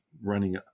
running